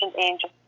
Angel